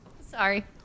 Sorry